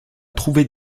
trouver